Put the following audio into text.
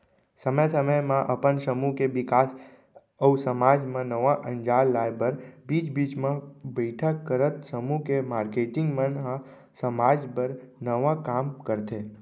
समे समे म अपन समूह के बिकास अउ समाज म नवा अंजार लाए बर बीच बीच म बइठक करत समूह के मारकेटिंग मन ह समाज बर नवा काम करथे